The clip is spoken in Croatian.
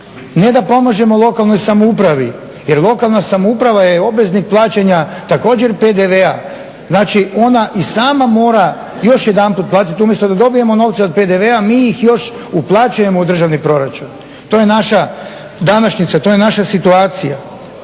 ne da pomažemo lokalnoj samoupravi jer lokalna samouprava je obveznik plaćanja također PDV-a. znači ona i sama mora još jedanput platiti, umjesto da dobijemo novce od PDV-a mi ih još uplaćujemo u državni proračun. To je naša današnjica, to je naša situacija.